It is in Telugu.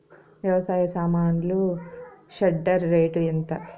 వ్యవసాయ సామాన్లు షెడ్డర్ రేటు ఎంత?